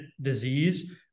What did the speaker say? disease